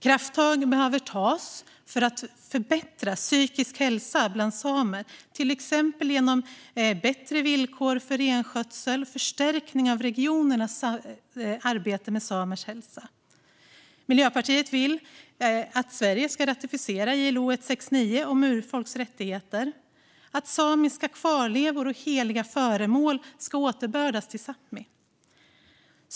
Krafttag behöver tas för att förbättra den psykiska hälsan bland samer, till exempel genom bättre villkor för renskötsel och förstärkning av regionernas arbete med samers hälsa. Miljöpartiet vill att Sverige ska ratificera ILO 169 om urfolks rättigheter och att samiska kvarlevor och heliga föremål ska återbördas till Sápmi.